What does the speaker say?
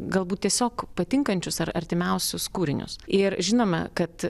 galbūt tiesiog patinkančius ar artimiausius kūrinius ir žinome kad